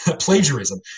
Plagiarism